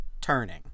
Turning